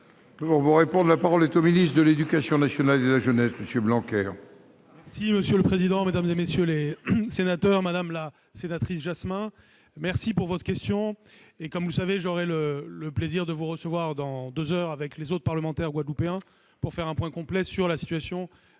La parole est à M. le ministre de l'éducation nationale et de la jeunesse. Monsieur le